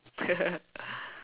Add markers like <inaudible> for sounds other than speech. <laughs>